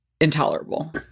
intolerable